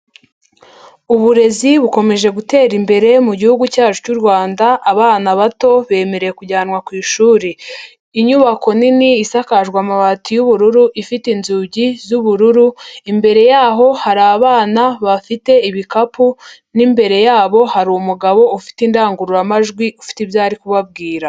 Uburezi bukomeje gutera imbere mu gihugu cyacu cy'u Rwanda, abana bato bemerewe kujyanwa ku ishuri, inyubako nini isakajwe amabati y'ubururu, ifite inzugi z'ubururu, imbere yaho hari abana bafite ibikapu n'imbere yabo hari umugabo ufite indangururamajwi ufite ibyo ari kubabwira.